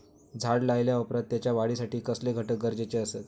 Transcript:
झाड लायल्या ओप्रात त्याच्या वाढीसाठी कसले घटक गरजेचे असत?